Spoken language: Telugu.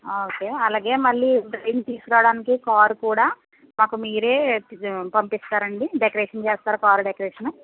ఓకే అలాగే మళ్ళీ బ్రైడ్ని తీసుకురావడానికి కారు కూడా మాకు మీరే పంపిస్తారాండి డెకరేషన్ చేస్తారా కారు డెకరేషను